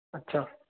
अछा